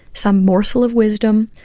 some morsel of wisdom,